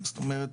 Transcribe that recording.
זאת אומרת,